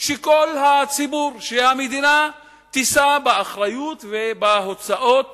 שכל הציבור, שהמדינה תישא באחריות ובהוצאות